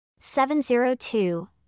702